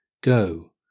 Go